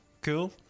Cool